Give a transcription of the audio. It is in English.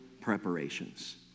preparations